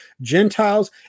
Gentiles